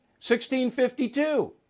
1652